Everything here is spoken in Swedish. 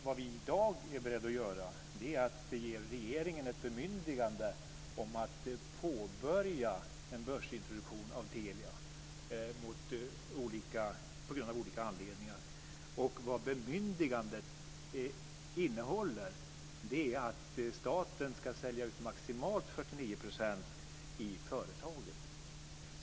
Vad vi i dag är beredda att göra är att ge regeringen ett bemyndigande om att påbörja en börsintroduktion av Telia av olika anledningar. Vad bemyndigandet innehåller är att staten ska sälja ut maximalt 49 % av företaget.